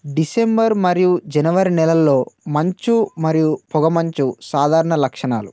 December మరియు జనవరి నెలల్లో మంచు మరియు పొగమంచు సాధారణ లక్షణాలు